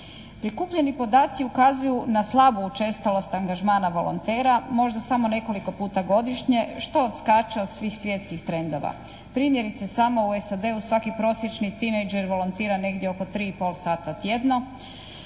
Prikupljeni podaci ukazuju na slabu učestalost angažmana volontera, možda samo nekoliko puta godišnje što odskače od svih svjetskih trendova. Primjerice samo u SAD-u svaki prosječni teenager volontira negdje oko 3 i pol sata tjedno.